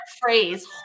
phrase